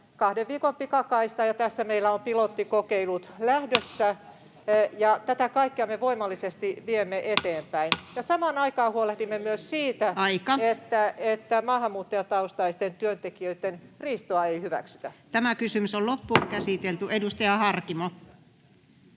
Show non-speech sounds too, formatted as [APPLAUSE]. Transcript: kahden viikon pikakaistaa, ja tässä meillä on pilottikokeilut lähdössä. [NOISE] Tätä kaikkea me voimallisesti viemme eteenpäin. Samaan aikaan huolehdimme siitä, [Puhemies: Aika!] että maahanmuuttajataustaisten työntekijöitten riistoa ei hyväksytä. Edustaja Harkimo.